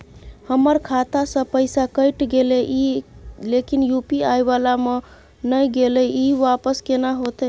हमर खाता स पैसा कैट गेले इ लेकिन यु.पी.आई वाला म नय गेले इ वापस केना होतै?